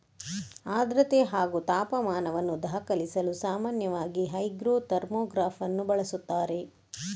ಆರ್ದ್ರತೆ ಹಾಗೂ ತಾಪಮಾನವನ್ನು ದಾಖಲಿಸಲು ಸಾಮಾನ್ಯವಾಗಿ ಹೈಗ್ರೋ ಥರ್ಮೋಗ್ರಾಫನ್ನು ಬಳಸುತ್ತಾರೆ